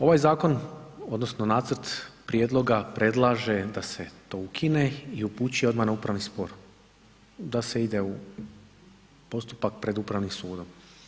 Ovaj zakon odnosno nacrt prijedloga predlaže da se to ukine i upućuje odmah na upravni spor, da se ide u postupak pred Upravnim sudom.